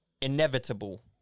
inevitable